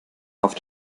auf